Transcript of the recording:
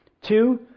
Two